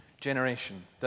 generation